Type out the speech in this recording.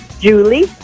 Julie